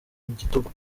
igitugu